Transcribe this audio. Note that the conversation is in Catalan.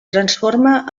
transforma